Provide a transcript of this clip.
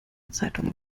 zeitungen